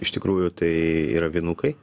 iš tikrųjų tai yra vinukai